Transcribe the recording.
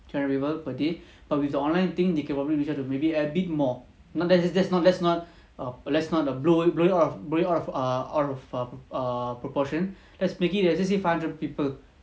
three hundred people per day but with the online thing they can probably reach out to maybe a bit more no let's not let's not let's not err blow it blow it blow it out of err err err proportion let's make it err let's say five hundred people